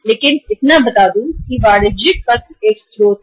commercial paper factoring का एक स्रोत है